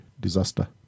disaster